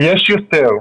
יש יותר,